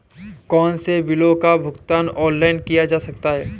कौनसे बिलों का भुगतान ऑनलाइन किया जा सकता है?